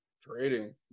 trading